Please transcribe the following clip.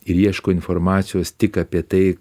ir ieško informacijos tik apie tai